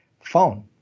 phone